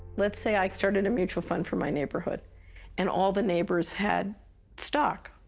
let's say i started a mutual fund for my neighborhood and all the neighbors had stock.